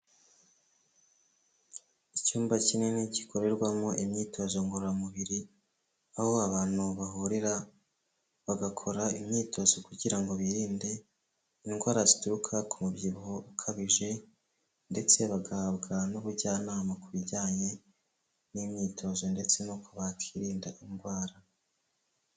Icyumba kinini gikorerwamo imyitozo ngororamubiri, aho abantu bahurira bagakora imyitozo kugira ngo birinde indwara zituruka ku mubyibuho ukabije ndetse bagahabwa n'ubujyanama ku bijyanye n'imyitozo ndetse no kuba bakirinda indwara.